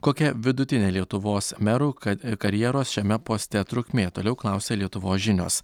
kokia vidutinė lietuvos merų kad karjeros šiame poste trukmė toliau klausia lietuvos žinios